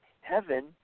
heaven